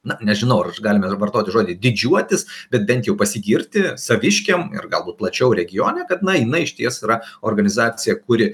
na nežinau ar galime vartoti žodį didžiuotis bet bent jau pasigirti saviškiam ir galbūt plačiau regione kad jinai išties yra organizacija kuri